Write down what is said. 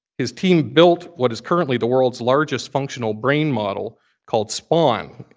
his team built what is currently the world's largest functional brain model called spaun,